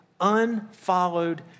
unfollowed